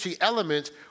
elements